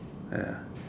ya